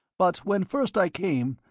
but when first i came,